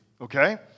okay